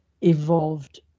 evolved